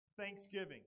Thanksgiving